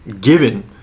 given